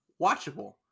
watchable